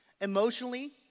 emotionally